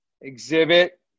Exhibit